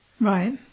Right